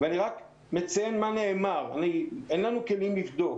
ואני רק מציין מה נאמר כי אין לנו כלים לבדוק.